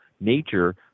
nature